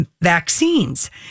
vaccines